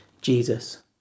Jesus